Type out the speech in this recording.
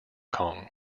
kong